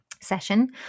session